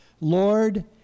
lord